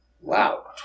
Wow